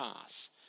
pass